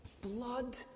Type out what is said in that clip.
blood